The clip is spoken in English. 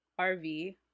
RV